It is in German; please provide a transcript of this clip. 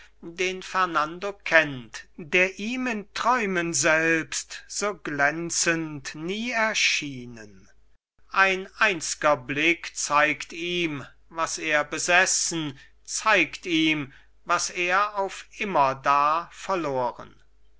den fernando kennt der ihm in träumen selbst so glänzend nie erschienen ein einzger blick zeigt ihm was er besessen zeigt ihm was er auf immerdar verloren